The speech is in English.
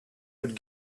would